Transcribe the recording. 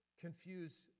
confuse